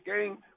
game